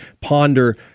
ponder